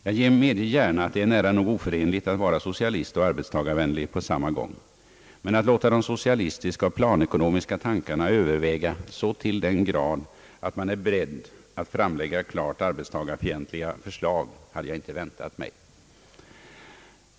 Jag medger gärna att det är nära nog oförenligt att vara både socialist och arbetstagarvänlig på samma gång. Men att man skulle låta de socialistiska och planekonomiska tankarna överväga så till den grad att man är beredd att framlägga klart arbetstagarfientliga förslag hade jag inte väntat mig.